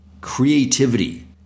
creativity